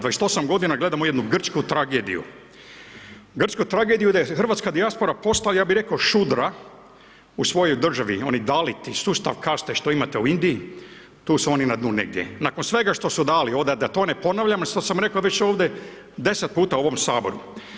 28 godina gledamo jednu Grčku tragediju, Grčku tragediji gdje hrvatska dijaspora postaje ja bi reko šudra u svojoj državi, oni daliti sustav kaste što imate u Indiji, tu su oni na dnu negdje, nakon svega što su dali ovde, da to ne ponavljam jer sad sam reko već ovde 10 puta u ovom saboru.